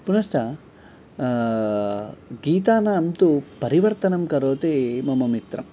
पुनश्च गीतानां तु परिवर्तनं करोति मम मित्रः